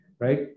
Right